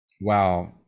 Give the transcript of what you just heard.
wow